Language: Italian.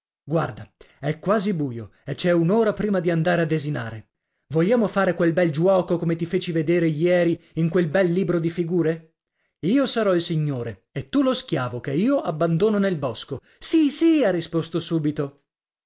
guarda è quasi buio e c'è un'ora prima di andare a desinare vogliamo fare quel bel giuoco come ti feci vedere ieri in quel bel libro di figure io sarò il signore e tu lo schiavo che io abbandono nel bosco sì sì ha risposto subito